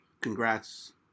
Congrats